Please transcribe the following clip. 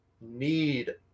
need